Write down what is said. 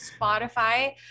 Spotify